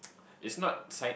it's not sign